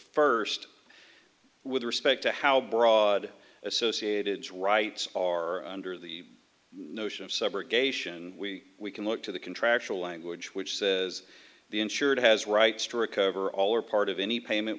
first with respect to how broad associated rights are under the notion of subrogation we we can look to the contractual language which says the insured has rights to recover all or part of any payment